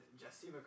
Jesse